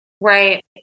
Right